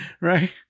Right